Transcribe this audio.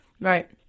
right